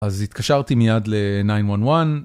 אז התקשרתי מיד ל-911